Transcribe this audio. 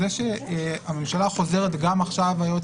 זה שהממשלה חוזרת וזה נאמר גם עכשיו על-ידי היועץ